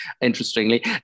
Interestingly